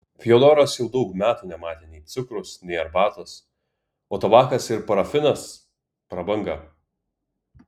fiodoras jau daug metų nematė nei cukraus nei arbatos o tabakas ir parafinas prabanga